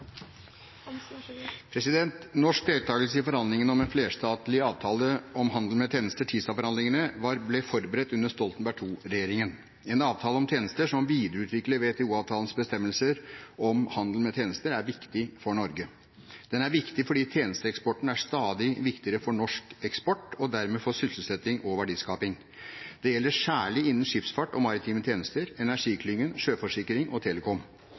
Norsk deltakelse i forhandlingene om en flerstatlig avtale om handel med tjenester, TISA-forhandlingene, ble forberedt under Stoltenberg II-regjeringen. En avtale om tjenester som videreutvikler WTO-avtalens bestemmelser om handel med tjenester, er viktig for Norge. Den er viktig fordi tjenesteeksporten er stadig viktigere for norsk eksport og dermed for sysselsetting og verdiskaping. Det gjelder særlig innen skipsfart og maritime tjenester, energiklyngen, sjøforsikring og telekom.